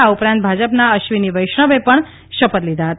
આ ઉપરાંત ભાજપના અશ્વીની વૈષ્ણવે પણ શપથ લીધા હતા